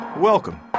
Welcome